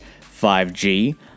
5G